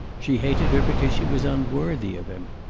she hated her because she was unworthy of him.